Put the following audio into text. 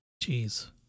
Jeez